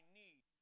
need